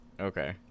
Okay